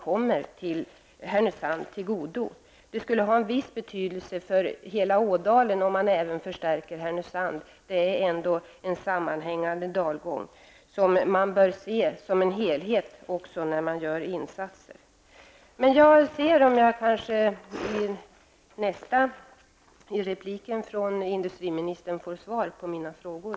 Om även Härnösand förstärks, skulle det ha en viss betydelse för hela Ådalen. Det rör sig ju ändå om en sammanhängande dalgång som bör ses som en helhet, också när man gör insatser. Jag får se om jag i nästa inlägg från industriministern får svar på mina frågor.